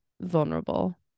vulnerable